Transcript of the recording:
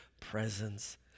presence